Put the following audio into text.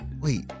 Wait